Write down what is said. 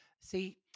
see